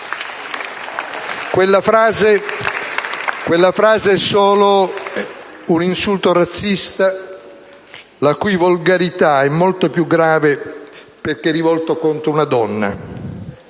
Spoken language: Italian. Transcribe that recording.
Quella frase è solo un insulto razzista, la cui volgarità è molto più grave perché rivolta contro una donna.